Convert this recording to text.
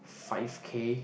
five K